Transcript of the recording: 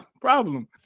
problem